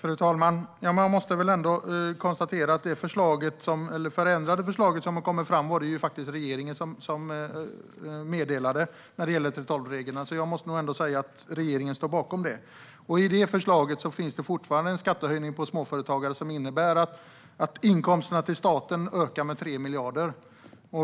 Fru talman! Man måste ändå konstatera att det var regeringen som meddelade förslaget om ändringen av 3:12-reglerna. Jag måste då ändå säga att regeringen står bakom det. I det förslaget ingår det fortfarande en skattehöjning för småföretagare som innebär att inkomsterna till staten ökar med 3 miljarder.